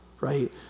right